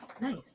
Nice